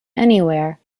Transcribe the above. anywhere